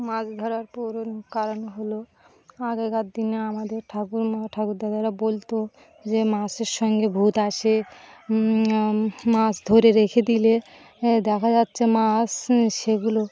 মাছ ধরার পুরোনো কারণ হলো আগেকার দিনে আমাদের ঠাকুর্মা ঠাকুরদাদারা বলতো যে মাছের সঙ্গে ভূত আসে মাছ ধরে রেখে দিলে দেখা যাচ্ছে মাছ সেগুলো